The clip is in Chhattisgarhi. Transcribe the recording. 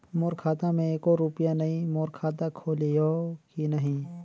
मोर खाता मे एको रुपिया नइ, मोर खाता खोलिहो की नहीं?